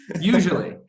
usually